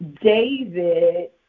David